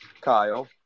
Kyle